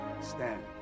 stand